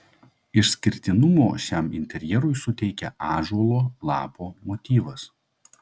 išskirtinumo šiam interjerui suteikia ąžuolo lapo motyvas